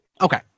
Okay